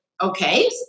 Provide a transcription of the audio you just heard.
okay